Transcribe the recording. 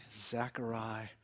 Zechariah